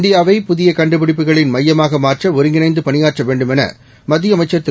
இந்தியாவை புதிய கண்டுபிடிப்புகளின் மையமாக மாற்ற ஒருங்கிணைந்து பணியாற்ற வேண்டுமென மத்திய அமைச்சர் திரு